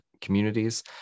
communities